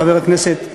לחבר הכנסת אוחיון,